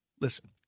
Listen